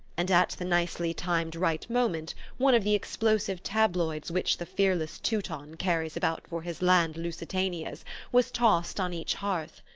and at the nicely-timed right moment one of the explosive tabloids which the fearless teuton carries about for his land lusitanias was tossed on each hearth.